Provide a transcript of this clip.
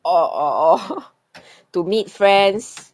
oh oh to meet friends